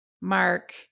Mark